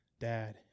Dad